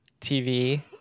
TV